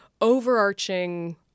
overarching